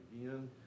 again